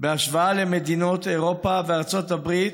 בהשוואה למדינות אירופה וארצות הברית,